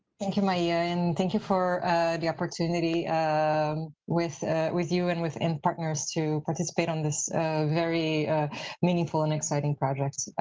thank ah you. and thank you for the opportunity um with with you and with and partners to participate on this very meaningful and exciting project.